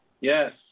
Yes